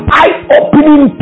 eye-opening